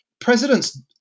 presidents